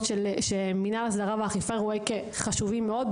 שמינהל ההסדרה והאכיפה רואה כחשוב מאוד,